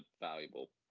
valuable